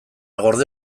gorde